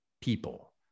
people